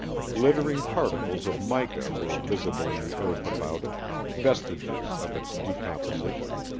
glittering particles of mica were visible in the earth about it vestiges of its decomposition.